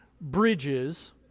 bridges